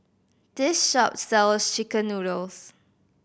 this shop sells chicken noodles